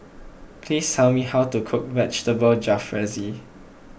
please tell me how to cook Vegetable Jalfrezi